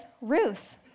Ruth